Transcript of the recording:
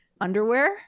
underwear